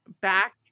back